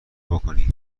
بکنی